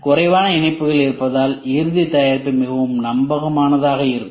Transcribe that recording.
எனவே குறைவான இணைப்புகள் இருப்பதால்இறுதி தயாரிப்பு மிகவும் நம்பகமான தாக இருக்கும்